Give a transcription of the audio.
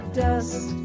dust